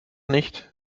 nicht